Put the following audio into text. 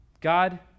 God